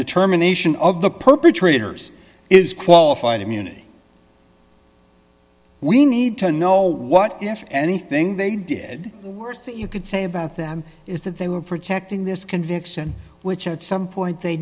determination of the perpetrators is qualified immunity we need to know what if anything they did the worst you could say about them is that they were protecting this conviction which at some point they